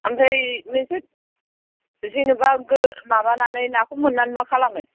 आमफ्राय नोंसोर जेनोबा गोरो माबनानै नाखौ मोन्नानै मा खालामो